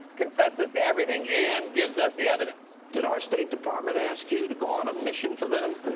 confesses to everything, and gives us the evidence. did our state department ask you to go on a mission for them?